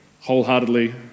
wholeheartedly